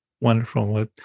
Wonderful